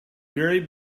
buried